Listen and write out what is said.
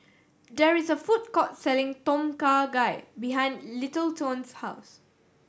there is a food court selling Tom Kha Gai behind Littleton's house